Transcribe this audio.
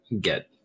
get